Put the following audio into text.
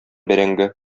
бәрәңге